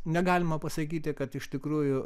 negalima pasakyti kad iš tikrųjų